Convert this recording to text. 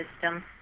system